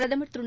பிரதமர் திரு